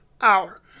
Hour